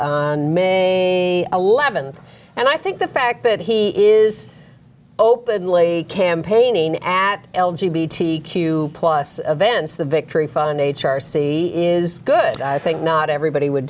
eleven and i think the fact that he is openly campaigning at l g b t q plus events the victory fund h r c is good i think not everybody would